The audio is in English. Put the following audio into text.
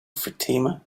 fatima